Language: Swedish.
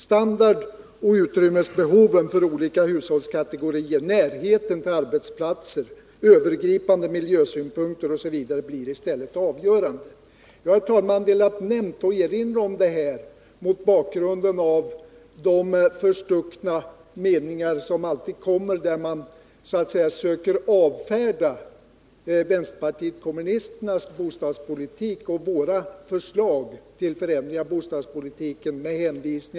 Standarden och utrymmesbehoven för olika hushållskategorier, närheten till arbetsplatser, övergripande miljösynpunkter m.m. blir i stället avgörande. Herr talman! Jag har velat erinra om detta mot bakgrund av de förstuckna meningar som alltid kommer när man med hänvisning till skillnader i ideologisk grundsyn söker avfärda vänsterpartiet kommunisternas bostadspolitik och förslag till förändringar av bostadspolitiken.